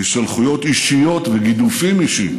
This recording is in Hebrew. השתלחויות אישיות וגידופים אישיים